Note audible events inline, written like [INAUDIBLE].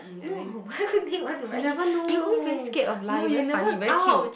no [LAUGHS] why would they want to ride it you always very scared of lie very funny very cute